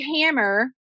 hammer